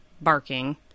barking